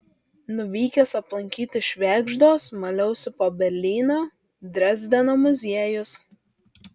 nuvykęs aplankyti švėgždos maliausi po berlyno drezdeno muziejus